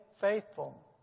faithful